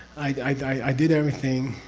i died i did everything,